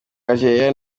algeria